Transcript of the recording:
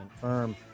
firm